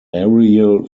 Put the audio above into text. aerial